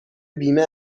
بیمه